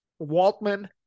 Waltman